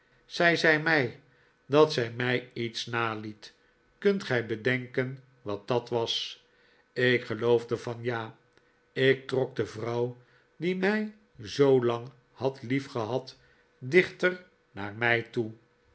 zij zei mij dat zij mij iets naliet kunt gij bedenken wat dat was ik geloofde van ja ik trok de vrouw die mij zoolang had liefgehad dichter naar mij toe